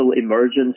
emergence